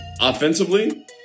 Offensively